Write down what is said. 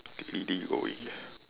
d~ David going